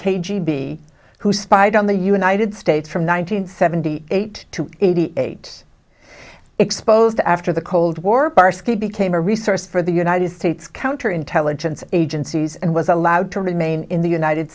b who spied on the united states from one nine hundred seventy eight to eighty eight exposed after the cold war parsky became a resource for the united states counter intelligence agencies and was allowed to remain in the united